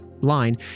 line